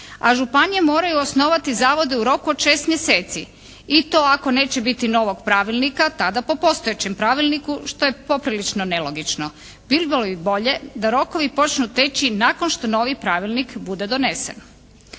a županije moraju osnovati zavode u roku od 6 mjeseci i to ako neće biti novog pravilnika tada po postojećem pravilniku što je poprilično nelogično. Bilo bi bolje da rokovi počnu teći nakon što novi pravilnik bude donesen.